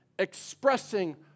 Expressing